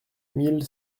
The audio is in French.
mille